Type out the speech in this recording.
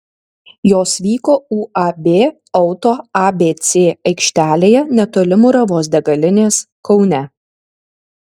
jos vyko uab auto abc aikštelėje netoli muravos degalinės kaune